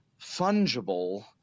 fungible